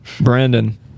Brandon